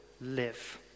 live